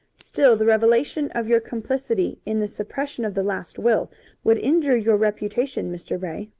still the revelation of your complicity in the suppression of the last will would injure your reputation, mr. ray.